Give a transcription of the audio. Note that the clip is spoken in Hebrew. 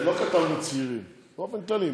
לא כתבנו "צעירים"; באופן כללי,